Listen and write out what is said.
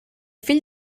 fill